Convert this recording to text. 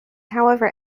however